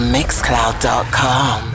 Mixcloud.com